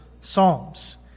psalms